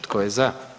Tko je za?